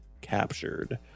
captured